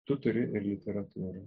tu turi ir literatūrą